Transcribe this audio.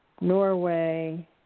Norway